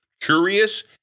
curious